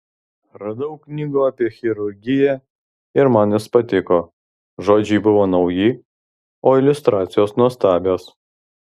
radau knygų apie chirurgiją ir man jos patiko žodžiai buvo nauji o iliustracijos nuostabios